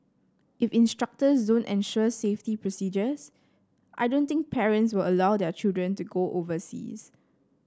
if instructors don't ensure safety procedures I don't think parents will allow their children to go overseas